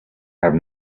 have